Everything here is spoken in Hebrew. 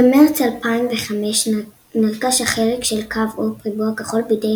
במרץ 2005 נרכש החלק של קו-אופ ריבוע כחול בידי